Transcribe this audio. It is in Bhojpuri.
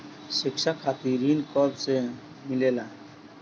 शिक्षा खातिर ऋण कब से मिलेला?